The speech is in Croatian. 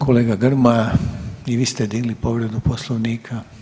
Kolega Grmoja i vi ste digli povredu Poslovnika.